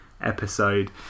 episode